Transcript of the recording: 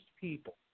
people